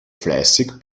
fleißig